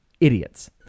idiots